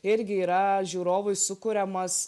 irgi yra žiūrovui sukuriamas